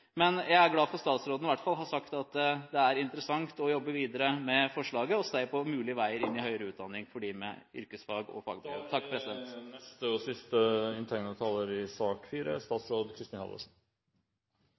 Men jeg er glad for at statsråden i hvert fall har sagt at det er interessant å jobbe videre med forslaget og se på mulige veier inn i høyere utdanning for dem med yrkesfag og